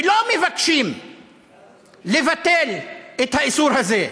ולא מבקשים לבטל את האיסור הזה,